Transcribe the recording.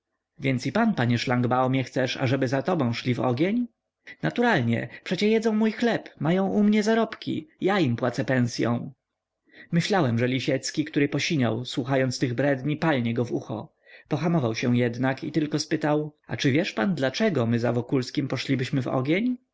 więc i pan panie szlangbaumie chcesz ażeby za tobą szli w ogień spytałem naturalnie przecie jedzą mój chleb mają u mnie zarobki ja im płacę pensyą myślałem że lisiecki który posiniał słuchając tych bredni palnie go w ucho pohamował się jednak i tylko spytał a czy wiesz pan dlaczego my za wokulskim poszlibyśmy w ogień